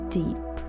deep